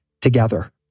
together